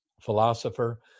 philosopher